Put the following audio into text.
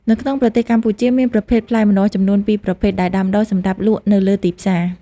នៅក្នុងប្រទេសកម្ពុជាមានប្រភេទផ្លែម្នាស់ចំនួន ពីរប្រភេទ ដែលដាំដុះសម្រាប់លក់នៅលើទីផ្សារ។